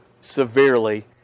severely